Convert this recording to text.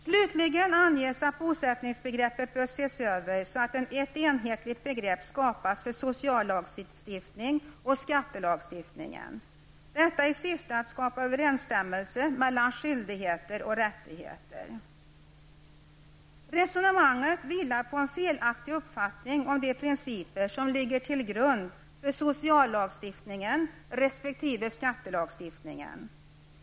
Slutligen anges att bosättningsbegreppet bör ses över så att ett enhetligt begrepp skapas för sociallagstiftning och skattelagstiftning. Detta skall ske i syfte att skapa överensstämmelse mellan skyldigheter och rättigheter. Resonemanget vilar på en felaktig uppfattning om de principer som ligger till grund för sociallagstiftningen resp. skattelagstiftningen.